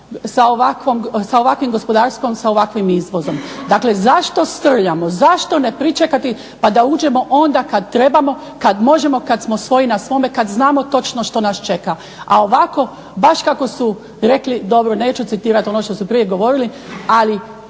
sa ovakvim gospodarstvom i ovakvim izvozom. Dakle, zašto srljamo, zašto ne pričekati pa da uđemo onda kada trebamo, kada možemo, kada smo svoji na svome, kada znamo točno što nas čeka, a ovako baš kako su rekli neću citirati ono što su prije govorili, ali